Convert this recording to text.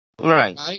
Right